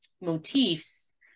motifs